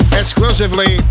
exclusively